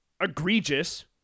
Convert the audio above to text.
egregious